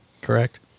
correct